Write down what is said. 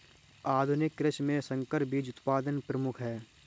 आधुनिक कृषि में संकर बीज उत्पादन प्रमुख है